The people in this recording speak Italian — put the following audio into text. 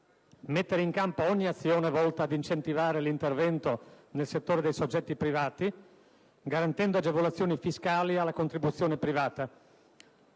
mettere in campo ogni azione volta a incentivare l'intervento nel settore dei soggetti privati, garantendo agevolazioni fiscali alla contribuzione privata;